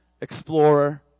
Explorer